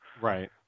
Right